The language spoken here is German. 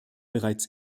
bereits